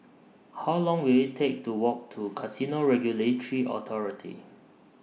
How Long Will IT Take to Walk to Casino Regulatory Authority